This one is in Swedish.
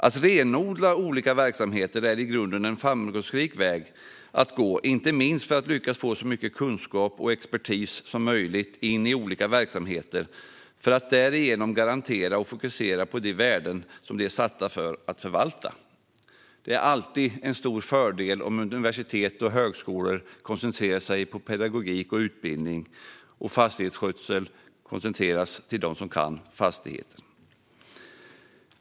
Att renodla olika verksamheter är i grunden en framgångsrik väg att gå, inte minst för att lyckas få så mycket kunskap och expertis som möjligt in i olika verksamheter för att därigenom garantera och fokusera på de värden som de är satta att förvalta. Det är alltid en stor fördel om universitet och högskolor koncentrerar sig på pedagogik och utbildning och om de som kan fastigheter koncentrerar sig på fastighetsskötsel.